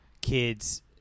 kids